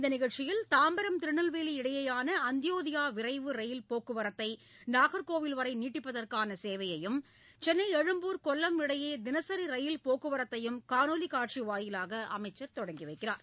இந்த நிகழ்ச்சியில் தாம்பரம் திருநெல்வேலி இடையேயான அந்தியோதயா விரைவு ரயில் போக்குவரத்தை நாகர்கோவில் வரை நீட்டிப்பதற்கான சேவையையும் சென்னை எழும்பூர் கொல்லம் இடையே தினசரி ரயில்போக்குவரத்தையும் காணொலிக் காட்சி வாயிலாக அமைச்சர் தொடங்கி வைக்கிறார்